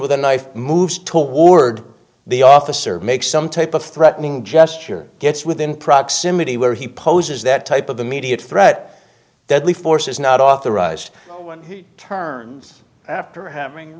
with a knife moves toward the officer make some type of threatening gesture gets within proximity where he poses that type of the media threat deadly force is not authorized when he turns after having